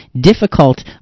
difficult